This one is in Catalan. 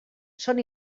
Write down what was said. són